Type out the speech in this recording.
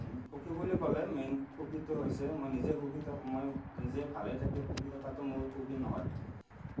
সুখী বুলি ক'লে মেইন সুখীটো হৈছে মই নিজে ভালে থাকি সুখী থকাটো সুখী নহয়